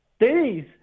days